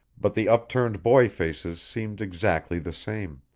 but the upturned boy faces seemed exactly the same.